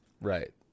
Right